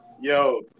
Yo